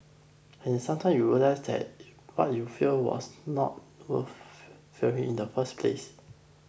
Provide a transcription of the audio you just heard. and sometime you realise that you what you feared was not worth fearing in the first place